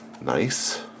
Nice